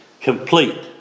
complete